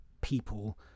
people